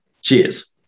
cheers